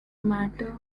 matter